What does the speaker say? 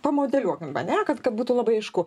pamodeliuokim ane kad kad būtų labai aišku